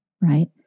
right